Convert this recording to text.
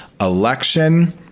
election